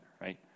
right